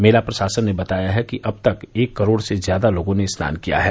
मेला प्रशासन ने बताया कि अब तक एक करोड़ से अधिक लोगों ने स्नान किया है